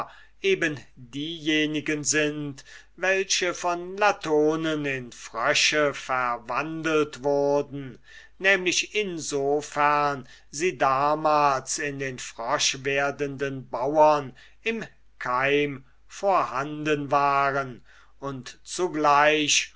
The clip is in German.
eben diejenigen sind welche von latonen in frösche verwandelt worden nämlich in so fern sie damals in den froschwerdenden bauern im keim vorhanden waren und zugleich